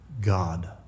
God